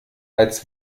als